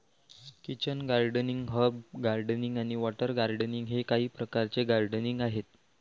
kitchen gardening, herb gardening आणि water gardening हे काही प्रकारचे गार्डनिंग आहेत